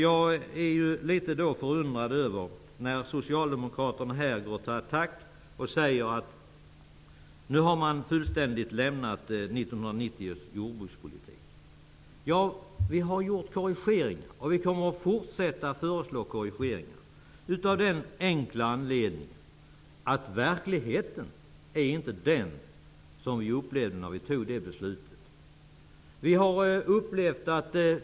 Jag blir litet förundrad över att socialdemokraterna går till attack och säger att 1990 års jordbrukspolitik fullständigt har övergivits. Vi har gjort korrigeringar och kommer att fortsätta att föreslå sådana, av den enkla anledningen att verkligheten inte är den som vi upplevde när vi tog det jordbrukspolitiska beslutet.